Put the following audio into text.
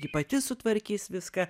ji pati sutvarkys viską